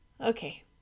okay